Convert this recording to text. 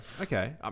okay